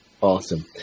awesome